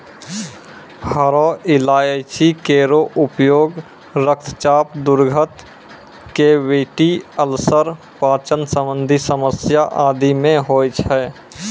हरो इलायची केरो उपयोग रक्तचाप, दुर्गंध, कैविटी अल्सर, पाचन संबंधी समस्या आदि म होय छै